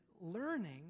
learning